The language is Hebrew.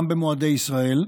גם במועדי ישראל,